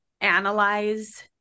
analyze